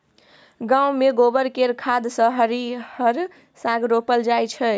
गांव मे गोबर केर खाद सँ हरिहर साग रोपल जाई छै